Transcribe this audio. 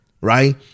right